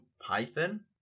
Python